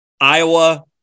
Iowa